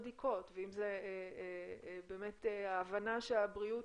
בדיקות ואם זה באמת ההבנה שהבריאות